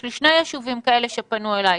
יש שני יישובים כאלה שפנו אלי,